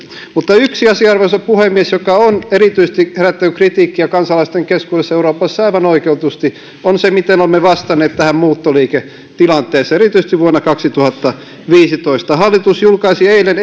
mutta yksi asia arvoisa puhemies joka on erityisesti herättänyt kritiikkiä kansalaisten keskuudessa euroopassa aivan oikeutetusti on se miten olemme vastanneet muuttoliiketilanteeseen erityisesti vuonna kaksituhattaviisitoista hallitus julkaisi eilen